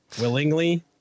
willingly